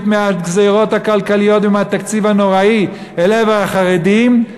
מהגזירות הכלכליות ומהתקציב הנוראי אל עבר החרדים,